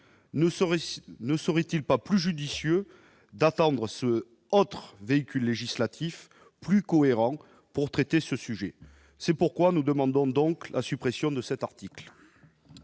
ne serait-il pas plus judicieux d'attendre ce entrent véhicule législatif plus cohérent pour traiter ce sujet, c'est pourquoi nous demandons donc la suppression de cet article.